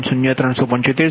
0375 છે અને આ પણ j 0